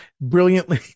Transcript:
brilliantly